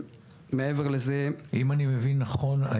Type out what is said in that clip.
אם אני מבין נכון,